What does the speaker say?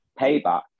payback